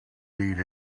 need